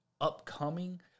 upcoming